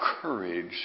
courage